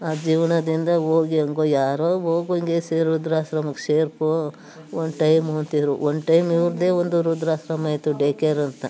ಆ ಜೀವನದಿಂದ ಹೋಗಿ ಹೆಂಗೋ ಯಾರೋ ಹೋಗು ಹಿಂಗೇ ಸೇರಿ ವೃದ್ಧಾಶ್ರಮಕ್ಕೆ ಸೇರಿಕೊ ಒನ್ ಟೈಮು ಅಂತಿದ್ದರು ಒನ್ ಟೈಮ್ ಇವ್ರದ್ದೇ ಒಂದು ವೃದ್ಧಾಶ್ರಮ ಇತ್ತು ಡೇ ಕೇರ್ ಅಂತ